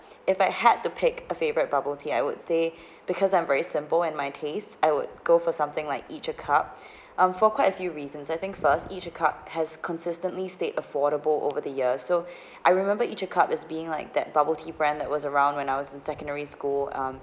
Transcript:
if I had to pick a favourite bubble tea I would say because I'm very simple and my taste I would go for something like each a cup um for quite a few reasons I think first each a cup has consistently stayed affordable over the years so I remember each a cup is being like that bubble tea brand that was around when I was in secondary school um